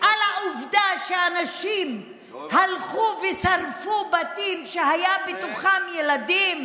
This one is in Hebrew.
על העובדה שאנשים הלכו ושרפו בתים שהיו בתוכם ילדים?